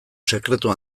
sekretu